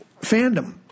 fandom